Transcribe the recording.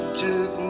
took